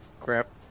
Crap